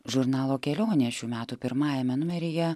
žurnalo kelionė šių metų pirmajame numeryje